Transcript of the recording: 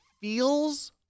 feels